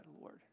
Lord